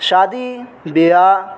شادی بیاہ